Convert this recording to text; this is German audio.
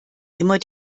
immer